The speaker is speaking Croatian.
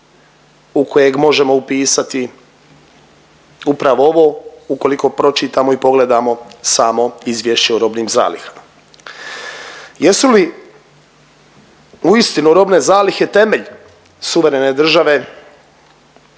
u kojeg možemo upisati upravo ovo ukoliko pročitamo i pogledamo samo izvješće o robnim zalihama. Jesu li uistinu robne zalihe temelj suverene države